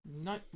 no